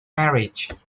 marriage